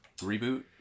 reboot